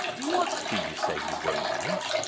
what do you say you won't have?